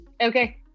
Okay